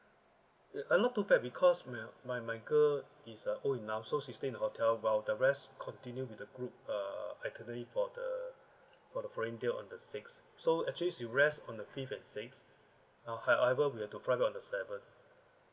uh I'm not too bad because my my my girl is a old enough so she stayed in the hotel while the rest continue with the group uh itinerary for the for the following day on the six so actually she rest on the fifth and sixth ah however we have to fly back on the seventh